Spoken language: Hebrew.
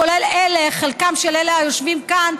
כולל חלקם של אלה היושבים כאן,